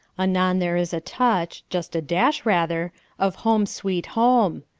anon there is a touch just a dash, rather of home, sweet home,